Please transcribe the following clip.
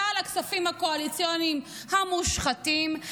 בגלל ששר האוצר התעקש לוודא שכלל הכספים הקואליציוניים המושחתים,